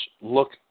look